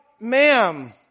ma'am